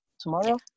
tomorrow